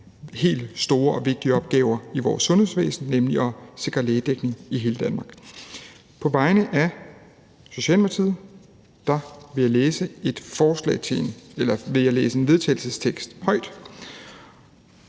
helt store og vigtige opgaver i vores sundhedsvæsen, nemlig at sikre lægedækning i hele Danmark. På vegne af Socialdemokratiet vil jeg læse en vedtagelsestekst op